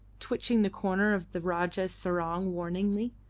twitching the corner of the rajah's sarong warningly.